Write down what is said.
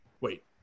Wait